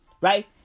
right